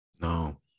No